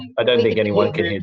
i don't think anyone can